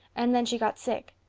and then she got sick.